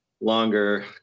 longer